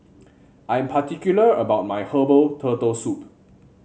I am particular about my Herbal Turtle Soup